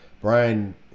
Brian